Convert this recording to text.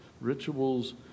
rituals